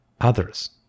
others